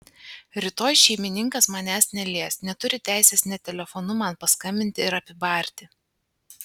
rytoj šeimininkas manęs nelies neturi teisės net telefonu man paskambinti ir apibarti